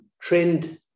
trend